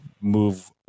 move